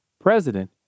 president